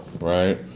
right